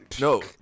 no